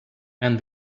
and